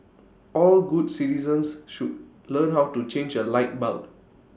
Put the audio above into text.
all good citizens should learn how to change A light bulb